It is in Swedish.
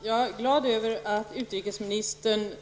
Herr talman! Jag är glad över att utrikesministern